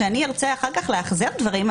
כשאני ארצה אחר כך לאחזר דברים,